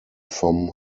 vom